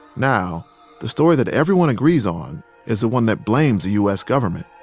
now the story that everyone agrees on is the one that blames the u s. government